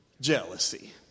jealousy